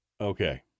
okay